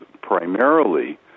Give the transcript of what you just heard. primarily